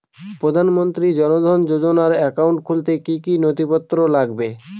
প্রধানমন্ত্রী জন ধন যোজনার একাউন্ট খুলতে কি কি নথিপত্র লাগবে?